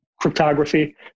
cryptography